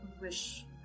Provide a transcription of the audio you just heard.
wish